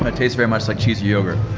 um tastes very much like cheesy yogury.